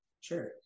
Sure